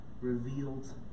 revealed